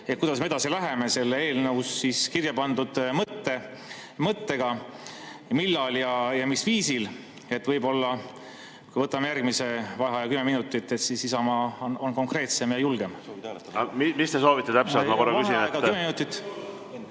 kuidas me edasi läheme selle eelnõus kirja pandud mõttega, millal ja mis viisil. Võib-olla võtame järgmise vaheaja, 10 minutit, siis Isamaa on konkreetsem ja julgem. Mis te soovite täpsemalt? Mis te